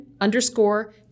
underscore